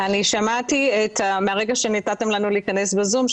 שמעתי מהרגע שנתתם לנו להכנס בזום,